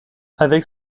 avec